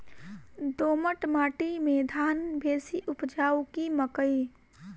दोमट माटि मे धान बेसी उपजाउ की मकई?